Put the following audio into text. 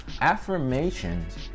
affirmations